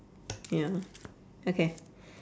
ya okay